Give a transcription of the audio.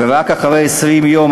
ורק אחרי 20 יום,